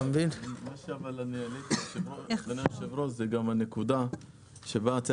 באמצעות הגורם חמורשייקבע לעניין זה בהיתר